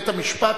בית-המשפט,